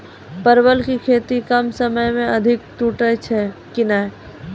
परवल की खेती कम समय मे अधिक टूटते की ने?